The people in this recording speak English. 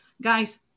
Guys